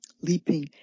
leaping